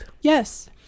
yes